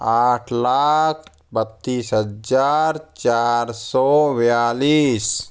आठ लाख बत्तीस हजार चार सौ बयालीस